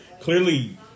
clearly